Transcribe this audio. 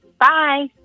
Bye